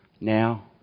Now